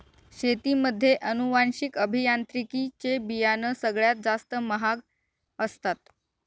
शेतीमध्ये अनुवांशिक अभियांत्रिकी चे बियाणं सगळ्यात जास्त महाग असतात